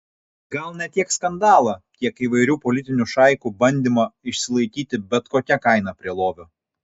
gal ne tiek skandalą kiek įvairių politinių šaikų bandymą išsilaikyti bet kokia kaina prie lovio